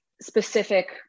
specific